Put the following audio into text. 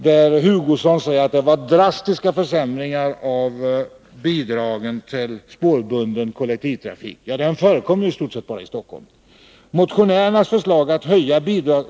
Kurt Hugosson sade att det var drastiska försämringar av bidragen till spårbunden kollektivtrafik, som i stort sett bara förekommer i Stockholm.